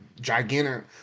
gigantic